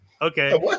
Okay